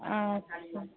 আচ্ছা